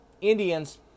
Indians